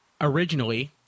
originally